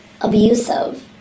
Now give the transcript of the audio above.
abusive